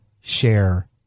share